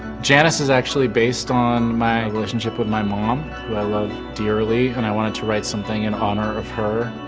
janice is actually based on my relationship with my mom, who i love dearly, and i wanted to write something in honor of her.